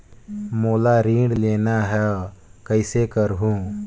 मोला ऋण लेना ह, कइसे करहुँ?